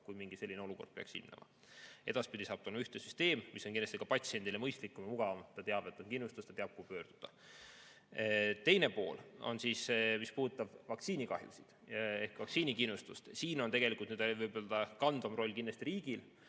kui mingi selline olukord peaks ilmnema. Edaspidi on ühtne süsteem, mis on kindlasti ka patsiendile mõistlikum ja mugavam, ta teab, et on kindlustus, ta teab, kuhu pöörduda. Teine pool on see, mis puudutab vaktsiinikahjusid, ehk vaktsiinikindlustus. Siin on tegelikult kandvam roll kindlasti riigil